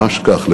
ממש כך,